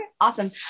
awesome